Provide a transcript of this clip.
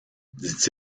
dit